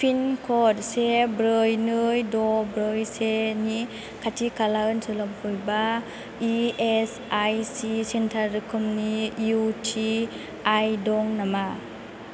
pin code से ब्रै नै द' ब्रै से नि खाथि खाला ओनसोलाव बबेबा इएसआइसि सेन्टार रोखोमनि इउटिआइ दं नामा